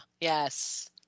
Yes